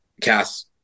Cass